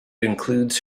includes